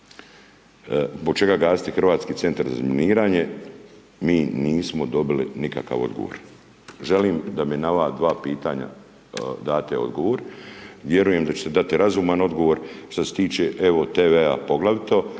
čega gasite Hrvatski centar za razminiranje, mi nismo dobili nikakav odgovor. Želim da mi na ova dva pitanja date odgovor. Vjerujem da ćete dati razuman odgovor, što se tiče Evo TV poglavito,